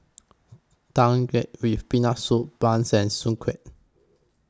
Tang Yuen with Peanut Soup Bun and Soon Kuih